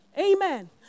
Amen